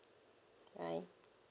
bye